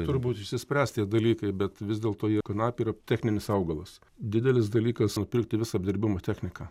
turbūt išsispręs tie dalykai bet vis dėlto jie kanapė yra techninis augalas didelis dalykas atpirkti visą apdirbimo techniką